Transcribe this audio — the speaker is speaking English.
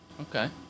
Okay